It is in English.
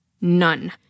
None